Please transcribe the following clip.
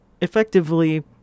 effectively